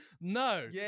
No